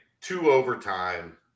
two-overtime